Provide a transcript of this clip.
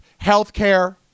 Healthcare